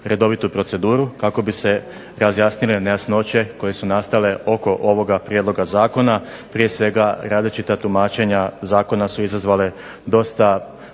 redovitu proceduru kako bi se razjasnile nejasnoće koje su nastale oko ovoga Prijedloga zakona, prije svega različita tumačenja Zakona su izazvale dosta